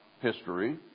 history